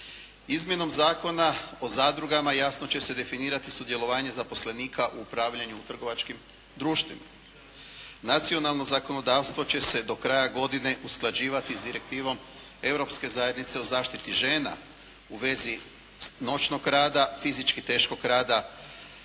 Izmjenom Zakona o zadrugama jasno će se definirati sudjelovanje zaposlenika u upravljanju trgovačkim društvima. Nacionalno zakonodavstvo će se do kraja godine usklađivati s Direktivom Europske zajednice o zaštiti žena u vezi noćnog rada, fizički teškog rada